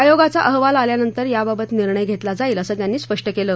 आयोगाचा अहवाल आल्यावर याबाबत निर्णय घेतला जाईल असं त्यांनी स्पष्ट केलं